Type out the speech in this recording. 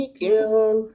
girl